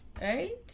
right